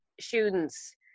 students